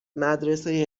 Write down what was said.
مدرسه